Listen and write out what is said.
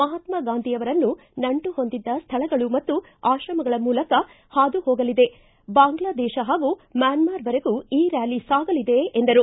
ಮಹಾತ್ಮಾ ಗಾಂಧಿ ಅವರು ನಂಟು ಹೊಂದಿದ್ದ ಸ್ಥಳಗಳು ಮತ್ತು ಆಶ್ರಮಗಳ ಮೂಲಕ ಹಾದು ಹೋಗಲಿದೆ ಬಾಂಗ್ಲಾ ದೇತ ಹಾಗೂ ಮ್ಯಾನ್ಸಾರ್ ವರೆಗೂ ಈ ರ್ಕಾಲಿ ಸಾಗಲಿದೆ ಎಂದರು